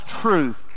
truth